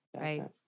Right